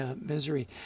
misery